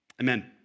amen